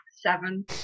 Seven